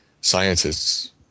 scientists